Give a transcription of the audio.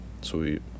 sweet